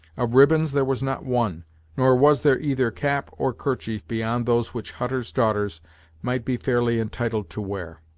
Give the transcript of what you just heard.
of ribbons there was not one nor was there either cap or kerchief beyond those which hutter's daughters might be fairly entitled to wear.